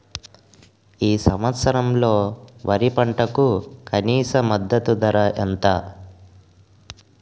ఈ సంవత్సరంలో వరి పంటకు కనీస మద్దతు ధర ఎంత?